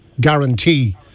guarantee